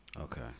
okay